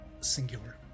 singular